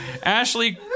Ashley